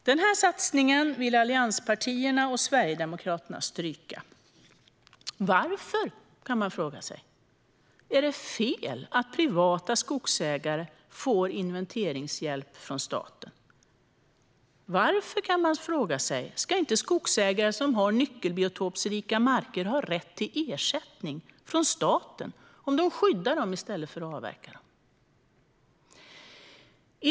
Den här satsningen vill allianspartierna och Sverigedemokraterna stryka. Man kan fråga sig varför. Är det fel att privata skogsägare får inventeringshjälp från staten? Varför ska inte skogsägare som har nyckelbiotoprika marker ha rätt till ersättning från staten om de skyddar dem i stället för att avverka dem? Det kan man fråga sig.